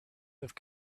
have